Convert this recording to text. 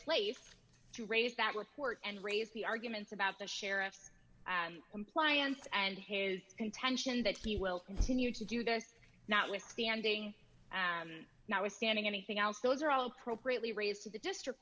place to raise that report and raise the arguments about the sheriff's compliance and his contention that he will continue to do this not withstanding now is standing anything else those are all appropriately raised to the district